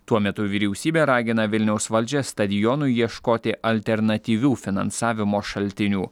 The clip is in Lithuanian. tuo metu vyriausybė ragina vilniaus valdžią stadionui ieškoti alternatyvių finansavimo šaltinių